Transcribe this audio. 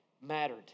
mattered